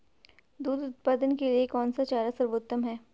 दूध उत्पादन के लिए कौन सा चारा सर्वोत्तम है?